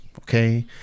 Okay